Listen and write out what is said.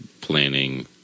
planning